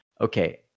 Okay